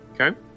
Okay